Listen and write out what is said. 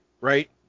right